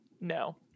No